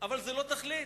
אבל זה לא תכלית.